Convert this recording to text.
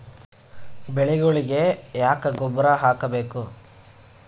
ಬೆಳಿಗೊಳಿಗಿ ಯಾಕ ಗೊಬ್ಬರ ಹಾಕಬೇಕು?